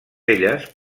elles